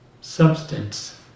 substance